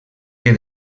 que